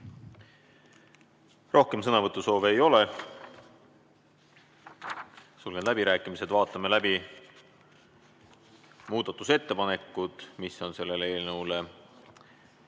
Rohkem sõnavõtusoove ei ole. Sulgen läbirääkimised. Vaatame läbi muudatusettepanekud, mis on selle eelnõu